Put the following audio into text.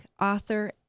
Author